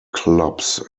clubs